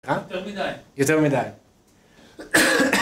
אה? יתר מידי. יותר מידאי..